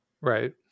Right